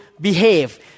behave